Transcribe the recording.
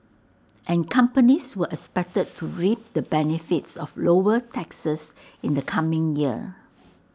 and companies were expected to reap the benefits of lower taxes in the coming year